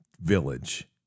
village